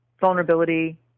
vulnerability